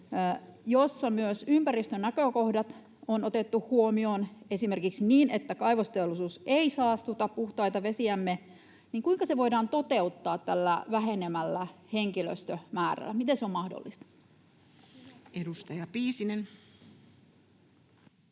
jossa myös ympäristönäkökohdat on otettu huomioon esimerkiksi niin, että kaivosteollisuus ei saastuta puhtaita vesiämme, eli kuinka se voidaan toteuttaa tällä vähenevällä henkilöstömäärällä? Miten se on mahdollista? Edustaja Piisinen.